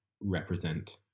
represent